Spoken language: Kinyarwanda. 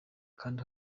kanda